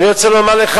אני רוצה לומר לך,